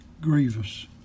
grievous